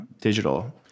digital